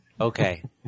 Okay